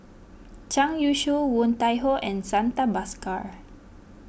Zhang Youshuo Woon Tai Ho and Santha Bhaskar